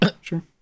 sure